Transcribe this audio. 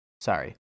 sorry